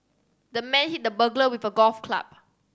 the man hit the burglar with a golf club